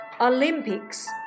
Olympics